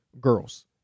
girls